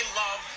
love